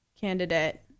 candidate